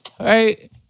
Right